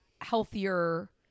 healthier